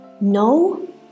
no